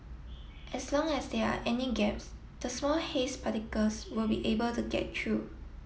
as long as there are any gaps the small haze particles will be able to get through